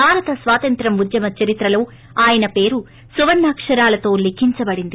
భారత స్వాతంత్ర్ం ఉద్యమ చరిత్రలో ఆయన పేరు సువర్ణాక్షరాలతో లిఖించబడింది